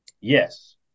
Yes